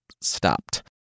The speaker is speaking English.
stopped